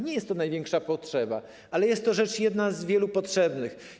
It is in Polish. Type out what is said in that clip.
Nie jest to największa potrzeba, ale jest to rzecz jedna z wielu potrzebnych.